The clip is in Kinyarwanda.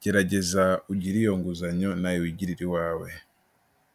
gerageza ugire iyo nguzanyo nawe wigirire iwawe.